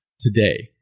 today